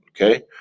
okay